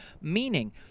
meaning